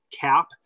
cap